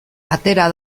atera